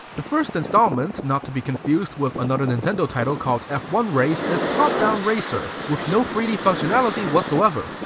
the first installment, not to be confused with another nintendo title called f one race, is a top down racer, with no three d functionality whatsoever.